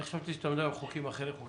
אני חשבתי שאתה מדבר על חוקים צרכניים אחרים.